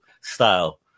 style